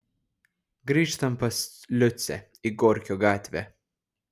grįžtam pas liucę į gorkio gatvę